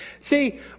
See